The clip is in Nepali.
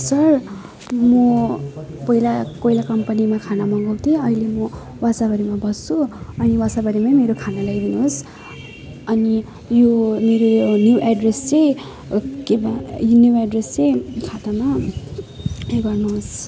सर म पहिला कोइला कम्पनीमा खाना मगाउँथेँ अहिले वासाबारीमा बस्छु अनि वासाबारीमै मेरो खाना ल्याइदिनु होस् अनि यो मेरो यो न्यू एड्रेस चाहिँ के भयो यो न्यू एड्रेस चाहिँ खातामा उयो गर्नुहोस्